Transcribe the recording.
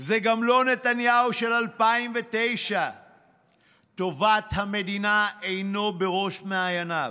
זה גם לא נתניהו של 2009. טובת המדינה אינה בראש מעייניו.